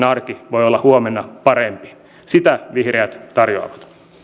arki voivat olla huomenna parempia sitä vihreät tarjoavat